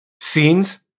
scenes